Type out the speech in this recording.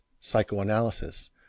psychoanalysis